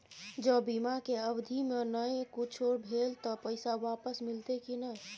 ज बीमा के अवधि म नय कुछो भेल त पैसा वापस मिलते की नय?